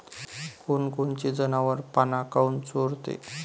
कोनकोनचे जनावरं पाना काऊन चोरते?